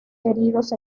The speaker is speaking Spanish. heridos